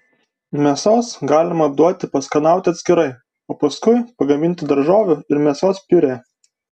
mėsos galima duoti paskanauti atskirai o paskui pagaminti daržovių ir mėsos piurė